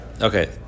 Okay